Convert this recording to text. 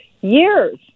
years